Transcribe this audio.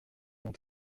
ont